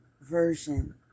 version